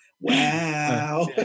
Wow